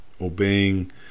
obeying